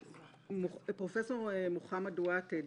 פרופ' מוחמד ותד,